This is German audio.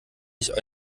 ich